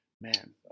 Man